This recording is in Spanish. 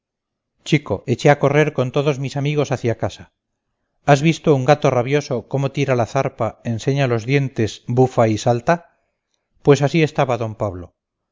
chico eché a correr con todos mis amigos hacia casa has visto un gato rabioso cómo tira la zarpa enseña los dientes bufa y salta pues así estaba d pablo